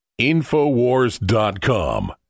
Infowars.com